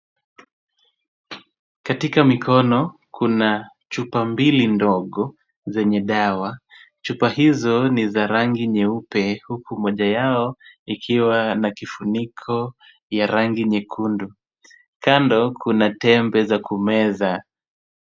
Katika mikono kuna chupa mbili ndogo zenye dawa. Chupa hizo ni za rangi nyeupe, huku moja yao ikiwa na kifuniko cha rangi nyekundu. Kando, kuna tembe za kumeza,